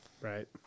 Right